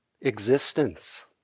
existence